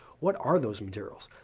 what are those materials?